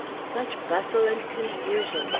such bustle and confusion!